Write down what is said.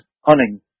hunting